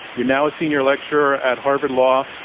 you're now a senior lecturer at harvard law.